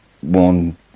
One